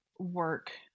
work